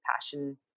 passion